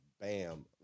bam